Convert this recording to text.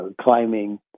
climbing